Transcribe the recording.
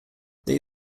they